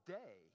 day